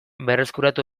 berreskuratu